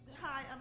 Hi